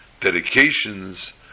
dedications